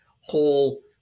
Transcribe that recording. whole